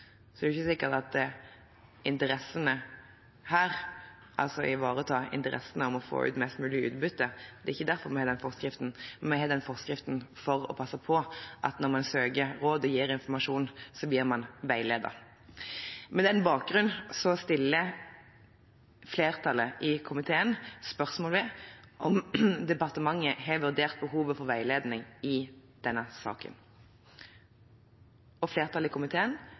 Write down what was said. ikke den forskriften for å ivareta interessene om å få ut mest mulig utbytte. Vi har den forskriften for å passe på at når man søker råd og gir informasjon, så blir man veiledet. Med den bakgrunnen stiller flertallet i komiteen spørsmål ved om departementet har vurdert behovet for veiledning i denne saken. Flertallet i komiteen